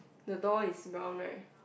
the door is brown right